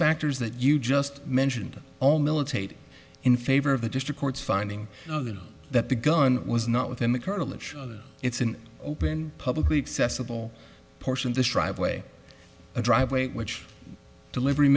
factors that you just mentioned all militate in favor of the district court's finding that the gun was not within the kernel if it's an open publicly accessible portion of this driveway a driveway which delivery